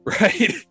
Right